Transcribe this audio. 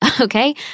Okay